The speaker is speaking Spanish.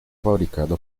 fabricado